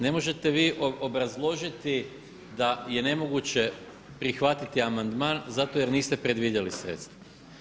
Ne možete vi obrazložiti da je nemoguće prihvatiti amandman zato jer niste predvidjeli sredstva.